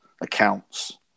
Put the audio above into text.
accounts